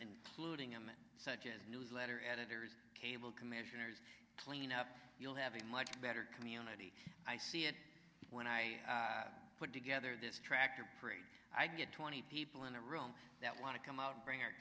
saluting him such as newsletter editors cable commissioners cleanup you'll have a much better community i see it when i put together this tractor parade i get twenty people in a room that want to come out and bring